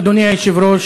אדוני היושב-ראש,